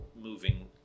moving